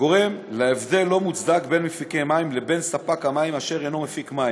הגורם להבדל לא מוצדק בין מפיקי מים לבין ספק המים אשר אינו מפיק מים.